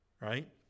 Right